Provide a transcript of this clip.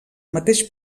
mateix